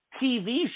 TV